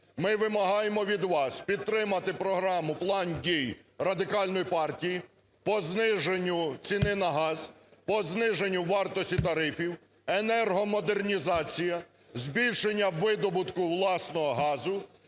Ми вимагаємо від вас підтримати програму "План дій Радикальної партії" по зниженню ціни на газ, по зниженню вартості тарифів, енергомодернізація, збільшення видобутку власного газу,